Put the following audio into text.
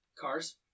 cars